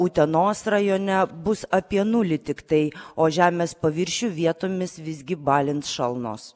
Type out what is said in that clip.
utenos rajone bus apie nulį tiktai o žemės paviršių vietomis visgi balins šalnos